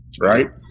right